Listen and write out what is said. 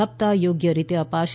હપ્તા યોગ્ય રીતે અપાશે